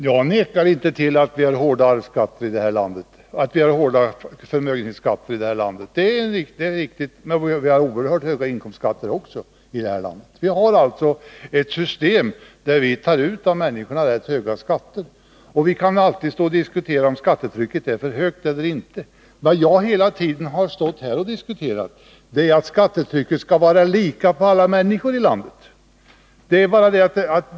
Herr talman! Jag nekar inte till att vi har hårda förmögenhetsskatter i det här landet. Det är riktigt, men vi har oerhört höga inkomstskatter också. Vi har alltså ett system där vi tar ut rätt höga skatter av människorna, och vi kan alltid diskutera om skattetrycket är för högt eller inte. Vad jag hela tiden har stått här och talat om är emellertid att skattetrycket skall vara lika för alla människor i landet.